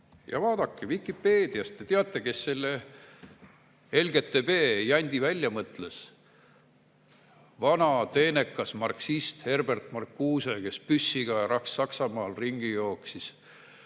Ja vaadake Vikipeediast, te teate, kes selle LGBT jandi välja mõtles. Vana teenekas marksist Herbert Marcuse, kes püssiga Saksamaal ringi jooksis